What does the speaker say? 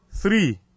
Three